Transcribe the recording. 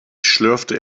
schlürfte